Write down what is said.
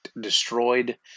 destroyed